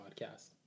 podcast